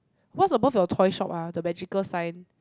boss boss your toys shop ah the vehicle sign